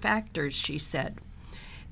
factors she said